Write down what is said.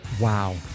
Wow